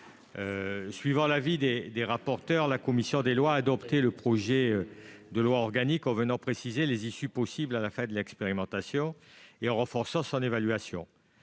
Suivant l'avis des corapporteurs, la commission des lois a adopté le projet de loi organique en précisant les issues possibles à la fin de l'expérimentation et en renforçant son évaluation.